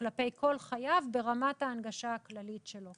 כלפי כל חייב ברמת ההנגשה הכללית שלו.